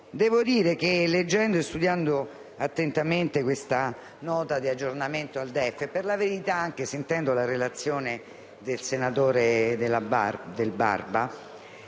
Presidente, leggendo e studiando attentamente questa Nota di aggiornamento al DEF e, per la verità, anche sentendo la relazione del senatore Del Barba,